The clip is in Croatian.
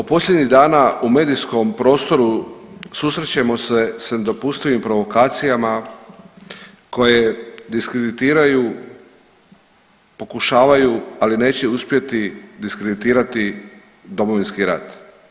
U posljednjih dana u medijskom prostoru susrećemo se s nedopustivim provokacijama koje diskreditiraju, pokušavaju, ali neće uspjeti diskreditirati Domovinski rat.